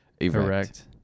Correct